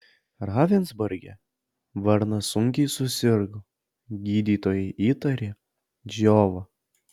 ravensburge varnas sunkiai susirgo gydytojai įtarė džiovą